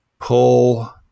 pull